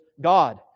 God